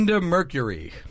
Mercury